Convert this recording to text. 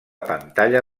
pantalla